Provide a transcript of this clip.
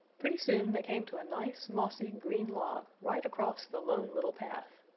pretty soon they came to a nice mossy green log right across the lone little path.